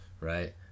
right